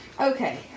Okay